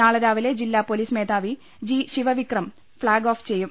നാളെ രാവിലെ ജില്ലാ പൊലീസ് മേധാവി ജി ശിവവിക്രം ഫ്ളാഗ് ഓഫ് ചെയ്യും